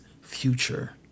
future